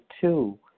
two